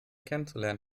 kennenzulernen